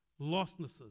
lostnesses